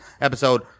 episode